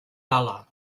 gala